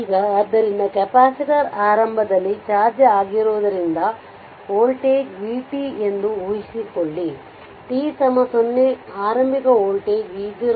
ಈಗ ಆದ್ದರಿಂದ ಕೆಪಾಸಿಟರ್ ಆರಂಭದಲ್ಲಿ ಚಾರ್ಜ್ ಆಗಿರುವುದರಿಂದ ವೋಲ್ಟೇಜ್ vt ಎಂದು ಊಹಿಸಿಕೊಳ್ಳಿ t 0 ಆರಂಭಿಕ ವೋಲ್ಟೇಜ್ vv0